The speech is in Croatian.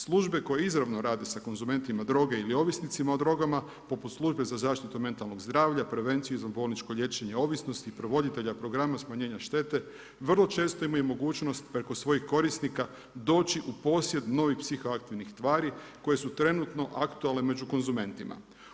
Službe koje izravno rade sa konzumentima droge ili ovisnicima o drogama poput Službe za zaštitu mentalnog zdravlja, prevenciju izvanbolničko liječenje ovisnosti, provoditelja programa smanjenja štete vrlo često imaju mogućnost preko svojih korisnika doći u posjed novih psihoaktivnih tvari koje su trenutno aktualne među konzumentima.